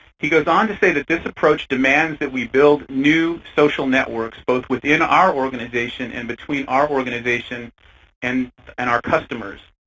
he goes on to say that this approach demands that we build new social networks both within our organization and between our organization and and our customers.